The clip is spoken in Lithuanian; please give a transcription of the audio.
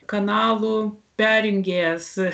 kanalų perjungėjas